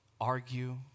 argue